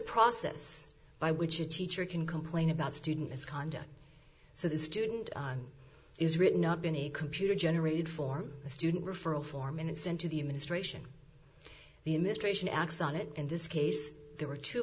process by which a teacher can complain about student misconduct so the student is written up been a computer generated form a student referral four minutes into the administration the administration acts on it in this case there were two